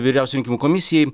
vyriausiajai rinkimų komisijai